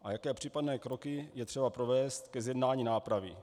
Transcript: A jaké případné kroky je třeba provést ke zjednání nápravy?